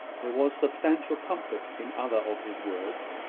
there was substantial comfort in other of his words.